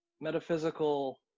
metaphysical